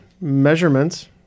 measurements